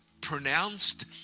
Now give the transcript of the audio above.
pronounced